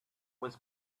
was